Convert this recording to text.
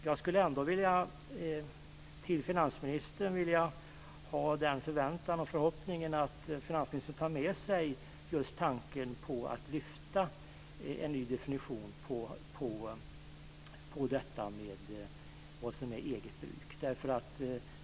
Jag skulle ändå vilja framföra den förhoppningen till finansministern att han tar med sig tanken på att lyfta fram behovet av en ny definition av vad som är eget bruk.